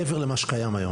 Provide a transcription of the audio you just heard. מעבר למה שקיים היום?